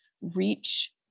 reach